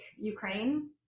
Ukraine